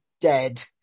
Dead